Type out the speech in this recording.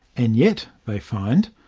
and yet, they find,